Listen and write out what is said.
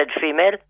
female